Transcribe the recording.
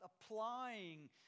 applying